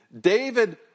David